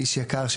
איש יקר,